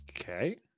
Okay